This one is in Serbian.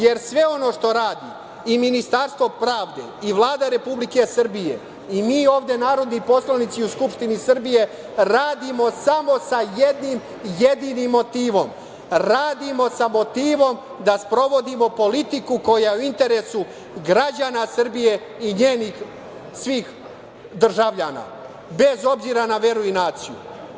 Jer, sve ono što radi i Ministarstvo pravde i Vlada Republike Srbije i mi ovde narodni poslanici u Skupštini Srbije, radimo samo sa jednim jedinim motivom - radimo sa motivom da sprovodimo politiku koja je u interesu građana Srbije i svih njenih državljana, bez obzira na veru i naciju.